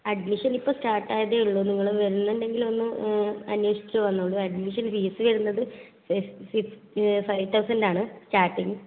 admission ഇപ്പോൾ start ആയതേ ഉള്ളൂ നിങ്ങൾ വരുന്നുണ്ടെങ്കിൽ ഒന്ന് അന്വേഷിച്ചു വന്നോളൂ അഡ്മിഷൻ ഫീസ് വരുന്നത് ഫൈവ് തൗസൻഡ് ആണ് സ്റ്റാർട്ടിങ്